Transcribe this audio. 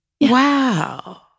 Wow